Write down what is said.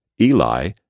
Eli